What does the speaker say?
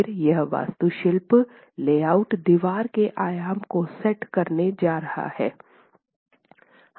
फिर यह वास्तुशिल्प लेआउट दीवार के आयाम को सेट करने जा रहा है हैं